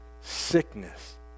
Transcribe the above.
sickness